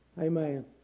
Amen